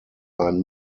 ein